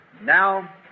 Now